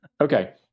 Okay